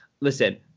listen